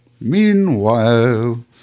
Meanwhile